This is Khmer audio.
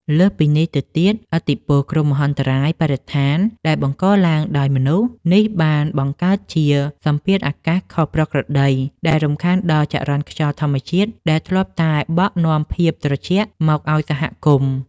លើសពីនេះទៅទៀត ឥទ្ធិពល គ្រោះមហន្តរាយបរិស្ថានដែលបង្កឡើងដោយមនុស្ស នេះបានបង្កើតជាសម្ពាធអាកាសខុសប្រក្រតី ដែលរំខានដល់ចរន្តខ្យល់ធម្មជាតិដែលធ្លាប់តែបក់នាំភាពត្រជាក់មកឱ្យសហគមន៍។